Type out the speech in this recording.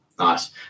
Nice